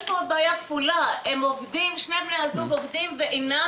יש פה בעיה כפולה: שני בני הזוג עובדים ואינם